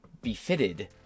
Befitted